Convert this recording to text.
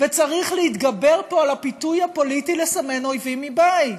וצריך להתגבר פה על הפיתוי הפוליטי לסמן אויבים מבית.